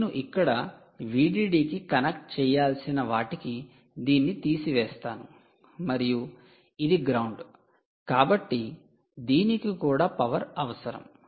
నేను ఇక్కడ 'VDD' కి కనెక్ట్ చేయాల్సిన వాటికి దీన్ని తీసివేస్తాను మరియు ఇది 'గ్రౌండ్' 'ground కాబట్టి దీనికి కూడా పవర్ అవసరం